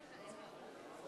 הצעת חוק התכנון והבנייה (תיקון,